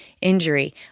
injury